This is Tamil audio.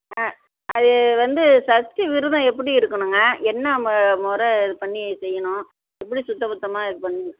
ஆ அது வந்து சஷ்டி விருதம் எப்படி இருக்கணுங்க என்ன ம முறப் பண்ணி செய்யணும் எப்படி சுத்த பத்தமாக இதுப் பண்ணும்